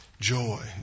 Joy